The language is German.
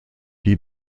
die